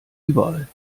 überall